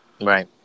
Right